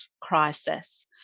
crisis